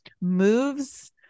moves